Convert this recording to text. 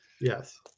Yes